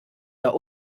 der